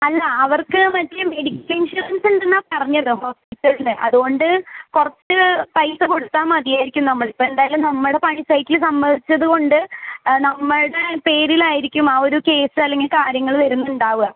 അല്ല അവർക്ക് മറ്റേ മെഡിക്കൽ ഇൻഷുറൻസ് ഉണ്ടെന്നാണ് പറഞ്ഞത് ഹോസ്പിറ്റലിൽ അത്കൊണ്ട് കുറച്ച് പൈസ കൊടുത്താൽ മതി ആയിരിക്കും നമ്മൾ ഇപ്പം എന്തായാലും നമ്മുടെ പണി സൈറ്റിൽ സംഭവിച്ചത് കൊണ്ട് നമ്മളുടെ പേരിലായിരിക്കും ആ ഒരു കേസ് അല്ലെങ്കിൽ കാര്യങ്ങൾ വരുന്നുണ്ടാവുക